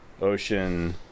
ocean